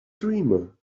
dreamer